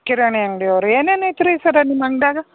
ಕಿರಾಣಿ ಅಂಗ್ಡಿಯವ್ರು ಏನೇನು ಐತ್ರಿ ಸರ್ ನಿಮ್ಮ ಅಂಗಡಿಯಾಗ